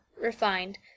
refined